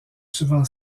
souvent